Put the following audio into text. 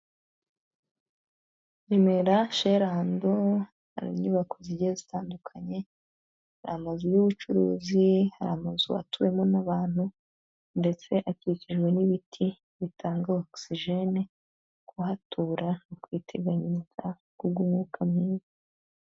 Remera sherando hari inyubako zigiye zitandukanye, hari amazu y'ubucuruzi, hari amazu atuwemo n'abantu ndetse akikijwe n'ibiti bitanga ogisijene, kuhatura ni ukwiteganyiriza ku bw'umwuka mwiza.